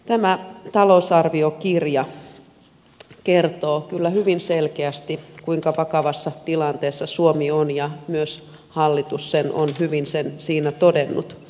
tämä talousarviokirja kertoo kyllä hyvin selkeästi kuinka vakavassa tilanteessa suomi on ja myös hallitus sen on hyvin siinä todennut